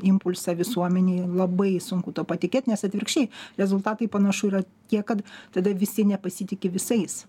impulsą visuomenei labai sunku tuo patikėt nes atvirkščiai rezultatai panašu yra tie kad tada visi nepasitiki visais